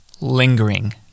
lingering